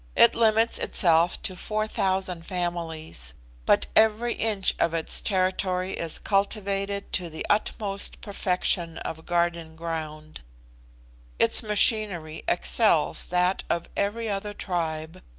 it limits itself to four thousand families but every inch of its territory is cultivated to the utmost perfection of garden ground its machinery excels that of every other tribe,